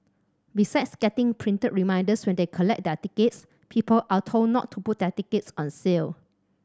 besides getting printed reminders when they collect their tickets people are told not to put their tickets on sale